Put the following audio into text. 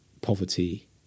poverty